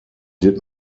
did